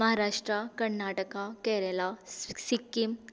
Maharashtra Karnataka Kerala Sikkim